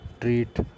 treat